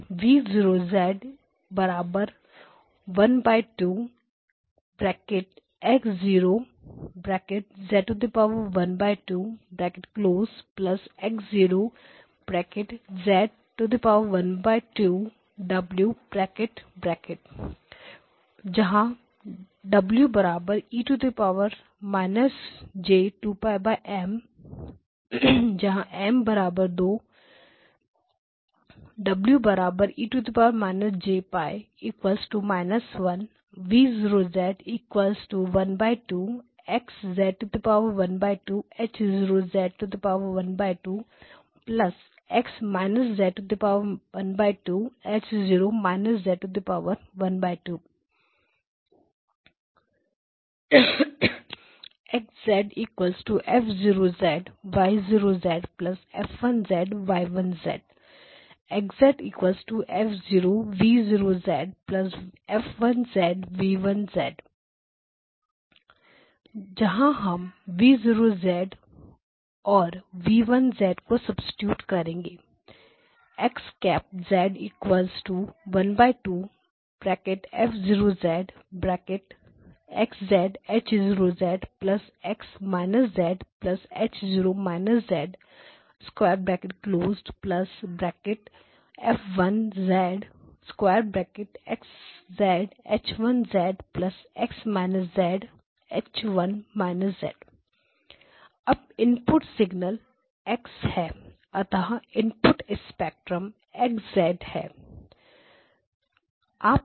VO ½ X0Z 12 X0Z 12 W W e j2πM M 2 So W e jπ 1 V0 ½ XZ 12H0 Z 12 X Z 12H0 Z 12 V0 ½ XZ 12H0 Z 12 X Z 12H0 Z 12 X F0Y 0 F1Y1 X F0V 0 F1V1 substitute V0 AND V1 X ½ F0XH0 XHO F1XH1 XH1 अब input signal x है अतः input spectrum X है